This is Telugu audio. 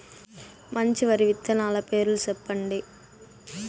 మంచి వరి విత్తనాలు పేర్లు చెప్పండి?